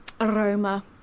aroma